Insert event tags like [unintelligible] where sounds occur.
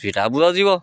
[unintelligible]